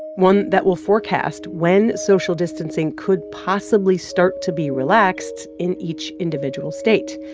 one that will forecast when social distancing could possibly start to be relaxed in each individual state.